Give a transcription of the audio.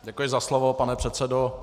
Děkuji za slovo, pane předsedo.